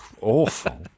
Awful